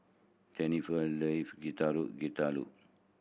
Jenifer love Getuk Getuk